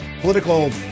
political